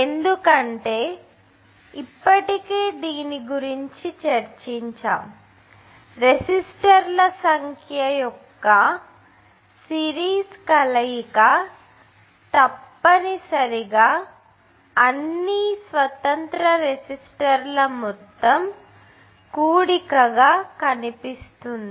ఎందుకంటే నేను ఇప్పటికే దీని గురించి చర్చించాను రెసిస్టర్ల సంఖ్య యొక్క సిరీస్ కలయిక తప్పనిసరిగా అన్ని స్వతంత్ర రెసిస్టర్ల మొత్తం కూడిక గా కనిపిస్తుంది